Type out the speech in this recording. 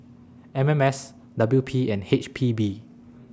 M M S W P and H P B